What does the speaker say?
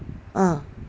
uh